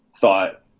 thought